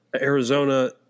Arizona